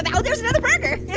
but oh there's another burger.